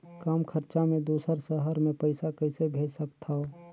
कम खरचा मे दुसर शहर मे पईसा कइसे भेज सकथव?